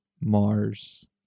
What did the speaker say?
Mars